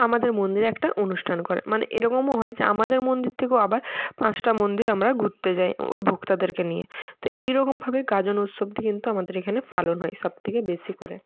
আমাদের মন্দিরে একটা অনুষ্ঠান করে মানে এরকমও হয় যে আমাদের মন্দির থেকেও আবার পাঁচটা মন্দির আমরা ঘুরতে যাই ওই ভোক্তাদেরকে নিয়ে তো এই রকমভাবে গাজন উৎসবটি কিন্তু আমাদের এখানে পালন হয় সবথেকে বেশি করে